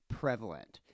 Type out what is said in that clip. prevalent